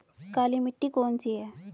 काली मिट्टी कौन सी है?